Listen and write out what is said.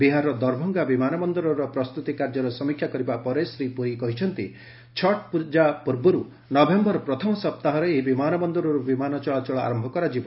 ବିହାରର ଦରଭଙ୍ଗା ବିମାନବନ୍ଦରର ପ୍ରସ୍ତୁତି କାର୍ଯ୍ୟର ସମୀକ୍ଷା କରିବା ପରେ ଶ୍ରୀ ପୁରୀ କହିଛନ୍ତି ଛଟ୍ ପୂଜା ପୂର୍ବରୁ ନଭେମ୍ବର ପ୍ରଥମ ସପ୍ତାହରେ ଏହି ବିମାନ ବନ୍ଦରରୁ ବିମାନ ଚଳାଚଳ ଆରମ୍ଭ କରାଯିବ